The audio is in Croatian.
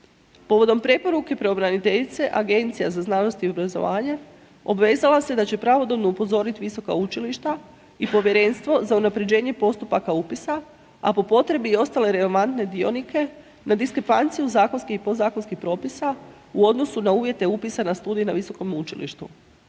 Povodom preporuke pravobraniteljice, Agencija za znanost i obrazovanje obvezala se da će pravodobno upozoriti visoka učilišta i Povjerenstvo za unaprjeđenje postupaka upisa, a po potrebi i ostale relevantne dionike na diskrepanciju zakonskih i podzakonskih propisa u odnosu na uvjete upisa na studije na visokom učilištu.